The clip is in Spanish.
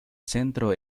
centro